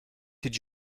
did